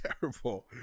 Terrible